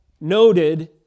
noted